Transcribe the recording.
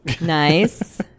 Nice